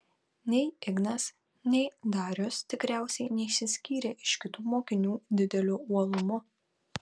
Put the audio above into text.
nei ignas nei darius tikriausiai neišsiskyrė iš kitų mokinių dideliu uolumu